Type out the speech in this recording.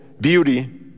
beauty